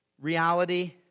reality